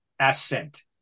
ascent